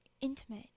Intimate